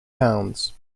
pounds